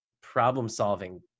problem-solving